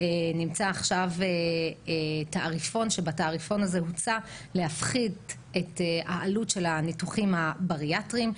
נמצא עכשיו תעריפון שבו הוצע להפחית את העלות של הניתוחים הבריאטריים,